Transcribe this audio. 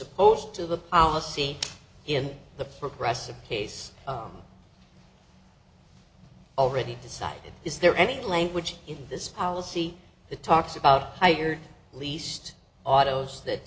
opposed to the policy in the progressive case already decided is there any language in this policy that talks about how you're least autos that